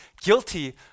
guilty